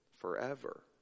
forever